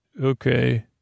Okay